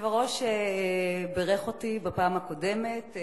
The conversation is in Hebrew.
היושב-ראש בירך אותי בפעם הקודמת,